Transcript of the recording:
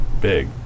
big